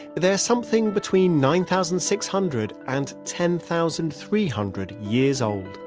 there's something between nine thousand six hundred and ten thousand three hundred years old,